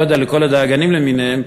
לכל הדאגנים למיניהם,